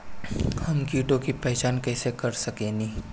हम कीटों की पहचान कईसे कर सकेनी?